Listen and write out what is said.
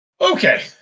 Okay